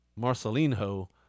Marcelinho